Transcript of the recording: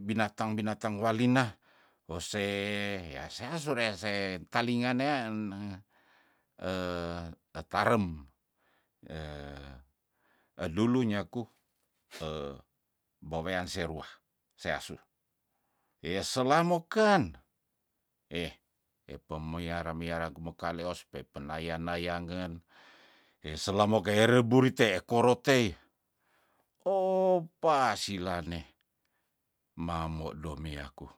binatang- binatang walina wose yah sea sorean se talinga nea eneh tetarem edulu nyaku bewean siruah seasu, ye sela mokan eh epemuiara miara kume kaleos pe penaya nayangen heselemo keire burite korotei oh pasilaneh mamodo meiaku